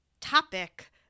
topic